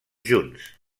junts